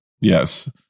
Yes